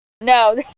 No